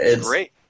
great